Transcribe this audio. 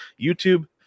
YouTube